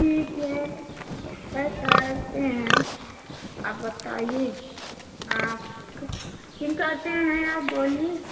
ठीक है सर करते हैं आप बताइए आप कम करते हैं आप बोलिए